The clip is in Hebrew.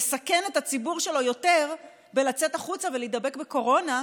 לסכן את הציבור שלו יותר בלצאת החוצה ולהידבק בקורונה,